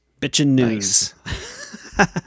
Bitchin.news